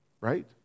right